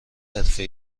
حرفه